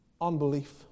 unbelief